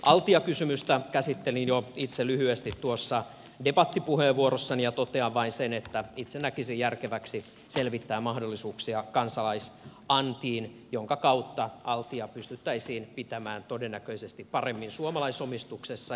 altia kysymystä käsittelin itse lyhyesti jo tuossa debattipuheenvuorossani ja totean vain sen että itse näkisin järkeväksi selvittää mahdollisuuksia kansalaisantiin jonka kautta altia pystyttäisiin pitämään todennäköisesti paremmin suomalaisomistuksessa